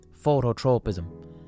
phototropism